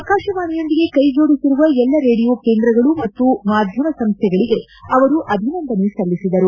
ಆಕಾಶವಾಣಿಯೊಂದಿಗೆ ಕೈಜೋಡಿಸಿರುವ ಎಲ್ಲಾ ರೇಡಿಯೋ ಕೇಂದ್ರಗಳು ಮತ್ತು ಮಾಧ್ಯಮ ಸಂಸ್ಥೆಗಳಗೆ ಅವರು ಅಭಿನಂದನೆ ಸಲ್ಲಿಸಿದರು